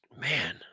man